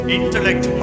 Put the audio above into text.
intellect